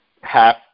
half